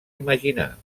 imaginar